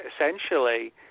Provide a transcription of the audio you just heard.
essentially